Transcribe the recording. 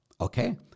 okay